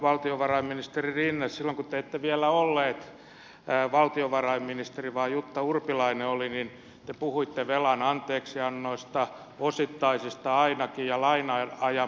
valtiovarainministeri rinne silloin kun te ette vielä ollut valtiovarainministeri vaan jutta urpilainen oli niin te puhuitte velan anteeksiannoista osittaisista ainakin ja laina ajan pidentämisistä